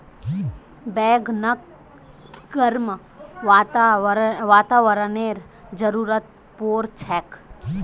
बैगनक गर्म वातावरनेर जरुरत पोर छेक